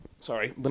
sorry